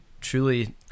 truly